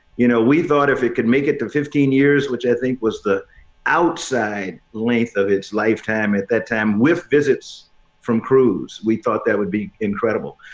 you know, we thought if it could make it to fifteen years, which i think was the outside length of its lifetime at that time with visits from cruise, we thought that would be incredible.